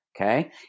okay